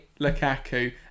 Lukaku